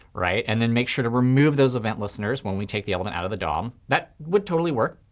right? and then make sure to remove those event listeners when we take the element out of the dom. that would totally work,